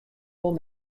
wol